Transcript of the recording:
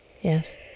yes